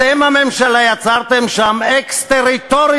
אתם, הממשלה, יצרתם שם אקסטריטוריה,